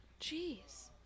Jeez